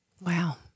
Wow